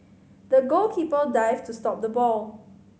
the goalkeeper dived to stop the ball